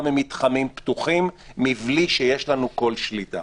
ממתחמים פתוחים מבלי שיש לנו כל שליטה.